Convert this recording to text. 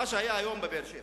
מה שהיה היום בבאר-שבע,